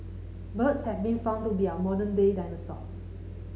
birds have been found to be our modern day dinosaurs